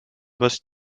was